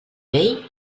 vell